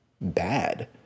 bad